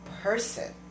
person